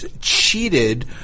cheated